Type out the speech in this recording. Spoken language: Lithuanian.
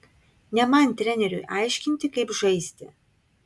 ne man treneriui aiškinti kaip žaisti